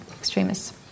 extremists